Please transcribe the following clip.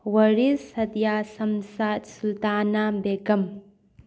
Waris Satiya Shamshad Sultana Begum